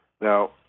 Now